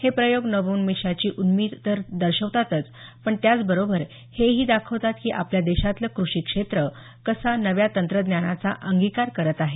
हे प्रयोग नवोन्मेषाची उर्मी तर दर्शवतातच पण त्याच बरोबर हे ही दाखवतात की आपल्या देशातलं कृषिक्षेत्र कसा नव्या तंत्रज्ञानाचा अंगीकार करत आहे